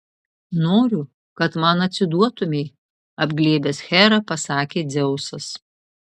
noriu kad man atsiduotumei apglėbęs herą pasakė dzeusas